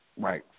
Right